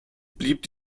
blieb